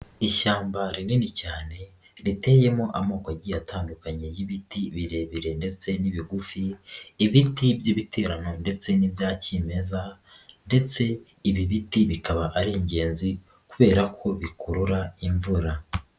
Ishyamba rinini cyane riteyemo amokogi atandukanye y'ibiti birebire ndetse n'ibigufi, ibti by'ibiterano ndetse n'ibya kinmeza ndetse ibi biti bikaba ari ingenzi kubera ko bikurura imvura.